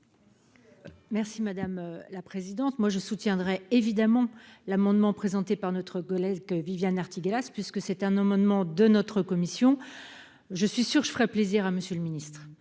Merci madame la présidente, moi je soutiendrai évidemment l'amendement présenté par notre collègue Viviane Artigalas, puisque c'est un moment de notre commission, je suis sûre que je ferais plaisir à Monsieur le Ministre,